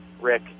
Rick